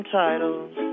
titles